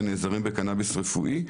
שנעזרים בקנביס רפואי.